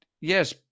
yes